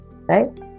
right